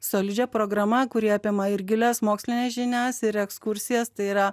solidžia programa kuri apima ir gilias mokslines žinias ir ekskursijas tai yra